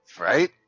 Right